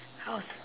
how's